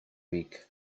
week